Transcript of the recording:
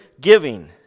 giving